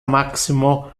maximo